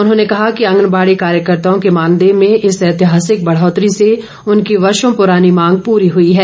उन्होंने कहा कि आंगनबाड़ी कार्यकर्ताओं के मानदेय में इस ऐतिहासिक बढ़ौतरी से उनकी वर्षों पूरानी मांग पूरी हुई है